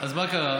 אז מה קרה?